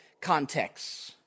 contexts